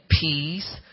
peace